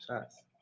Shots